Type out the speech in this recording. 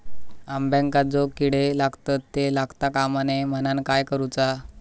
अंब्यांका जो किडे लागतत ते लागता कमा नये म्हनाण काय करूचा?